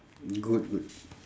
good good